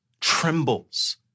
trembles